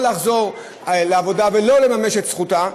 או לחזור לעבודה ולא לממש את זכותה,